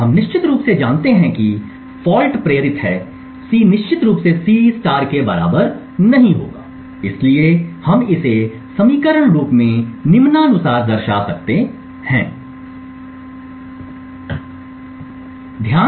हम निश्चित रूप से जानते हैं कि फॉल्ट प्रेरित है C निश्चित रूप से C के बराबर नहीं होगा इसलिए हम इसे समीकरण रूप में निम्नानुसार दर्शा सकते हैं C S P XOR k इसी तरह यह C S P XOR e XOR k के बराबर होगा